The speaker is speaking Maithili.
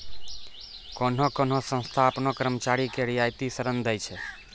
कोन्हो कोन्हो संस्था आपनो कर्मचारी के रियायती ऋण दै छै